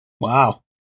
wow